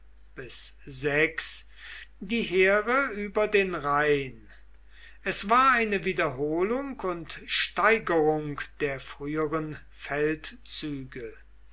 bis sechs die heere über den rhein es war eine wiederholung und steigerung der früheren feldzüge